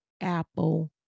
Apple